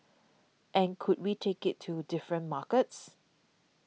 and could we take it to different markets